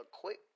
quick